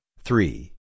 three